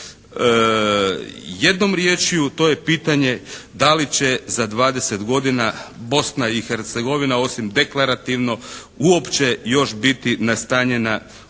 Jednom riječju to je pitanje da li će za 20 godina Bosna i Hercegovina osim deklarativno uopće još biti nastanjena u